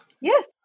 Yes